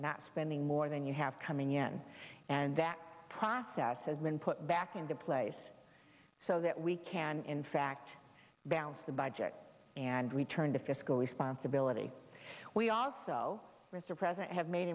not spending more than you have coming in and that process has been put back into place so that we can in fact balance the budget and return to fiscal responsibility we also reserve present have made